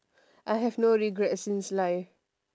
I have no regrets since life